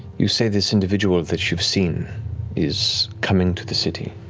you say this individual that you've seen is coming to the city?